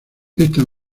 esta